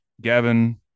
Gavin